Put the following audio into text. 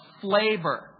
flavor